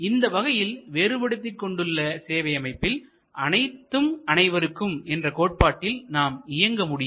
இந்த வகையில் வேறுபடுத்திக் கொண்டுள்ள சேவை அமைப்பில் அனைத்தும் அனைவருக்கும் என்ற கோட்பாட்டில் நாம் இயங்க முடியாது